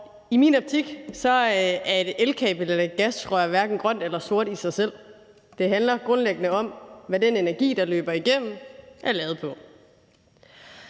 I min optik er et elkabel eller et gasrør hverken grønt eller sort i sig selv. Det handler grundlæggende om, hvad den energi, der løber igennem, er lavet på.